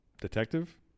detective